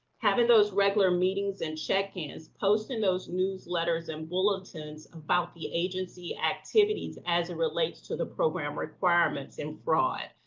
having those regular meetings and check-ins, posting those newsletters and bulletins about the agency activities as it relates to the program requirements and fraud,